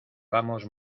vamos